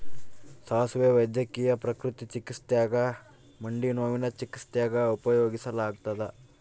ಸಾಸುವೆ ವೈದ್ಯಕೀಯ ಪ್ರಕೃತಿ ಚಿಕಿತ್ಸ್ಯಾಗ ಮಂಡಿನೋವಿನ ಚಿಕಿತ್ಸ್ಯಾಗ ಉಪಯೋಗಿಸಲಾಗತ್ತದ